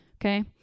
Okay